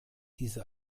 diese